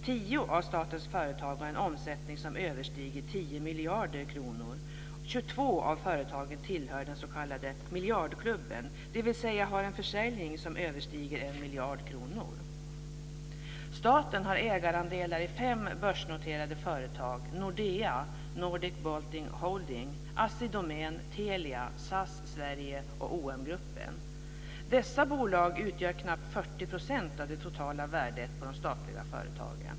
Tio av statens företag har en omsättning som överstiger 10 miljarder kronor. 22 av företagen tillhör den s.k. miljardklubben, dvs. har en försäljning som överstiger 1 miljard kronor. Staten har ägarandelar i fem börsnoterade företag Domän, Telia, SAS Sverige och OM-Gruppen. Dessa bolag utgör knappt 40 % av det totala värdet på de statliga företagen.